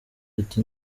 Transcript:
ati